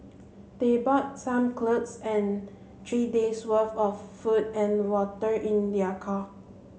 they bought some clothes and three days worth of food and water in their car